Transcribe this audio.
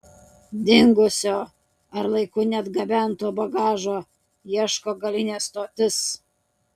dingusio ar laiku neatgabento bagažo ieško galinė stotis